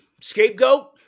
scapegoat